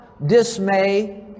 dismay